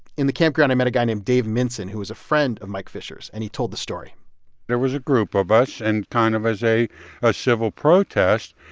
in the campground, i met a guy named dave minson, who was a friend of mike fisher's, and he told the story there was a group of us. and kind of as a a civil protest,